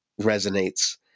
resonates